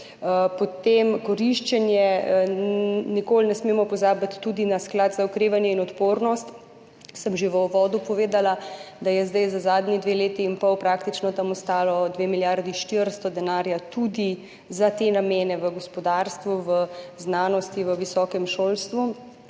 Potem koriščenje, nikoli ne smemo pozabiti tudi na Sklad za okrevanje in odpornost. Že v uvodu sem povedala, da je zdaj za zadnji dve leti in pol praktično tam ostalo 2 milijardi 400 denarja tudi za te namene v gospodarstvu, v znanosti, v visokem šolstvu,